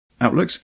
outlooks